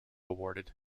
awarded